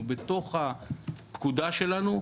הוא בתוך הפקודה שלנו.